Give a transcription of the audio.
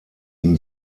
ihm